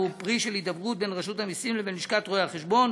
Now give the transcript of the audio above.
והיא פרי הידברות בין רשות המסים לבין לשכת רואי-החשבון,